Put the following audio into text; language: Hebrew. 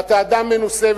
ואתה אדם מנוסה,